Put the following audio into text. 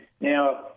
Now